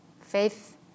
Faith